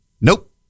Nope